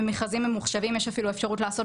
במכרזים ממוחשבים יש אפילו אפשרות לעשות